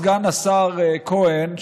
סגן השר כהן,